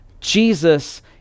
Jesus